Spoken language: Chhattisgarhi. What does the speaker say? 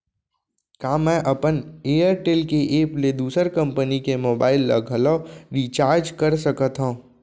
का मैं अपन एयरटेल के एप ले दूसर कंपनी के मोबाइल ला घलव रिचार्ज कर सकत हव?